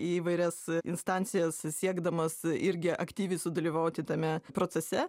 į įvairias instancijas siekdamas irgi aktyviai sudalyvauti tame procese